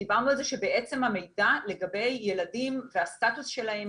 דיברנו על זה שבעצם המידע לגבי ילדים והסטטוס שלהם,